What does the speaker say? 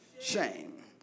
shame